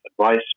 advice